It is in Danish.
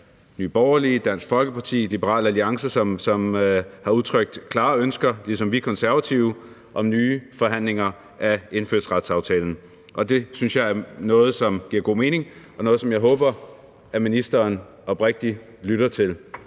Nye Borgerlige, Dansk Folkeparti, Liberal Alliance, der ligesom vi Konservative har udtrykt klare ønsker om nye forhandlinger om indfødsretsaftalen. Det synes jeg er noget, som giver god mening, og noget, som jeg håber at ministeren oprigtigt lytter til.